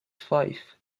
fife